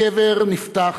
"הקבר נפתח,